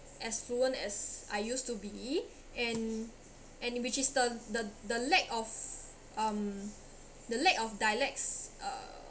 as fluent as I used to be and and which is the the the lack of um the lack of dialects uh